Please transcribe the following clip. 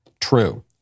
true